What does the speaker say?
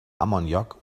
ammoniak